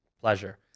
pleasure